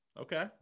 Okay